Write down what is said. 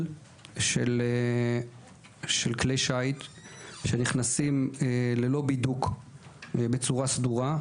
של כלי שיט שנכנסים ללא בידוק בצורה סדורה,